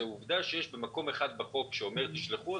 העובדה שיש מקום אחד בחוק שאומר "תשלחו הודעות"